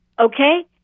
Okay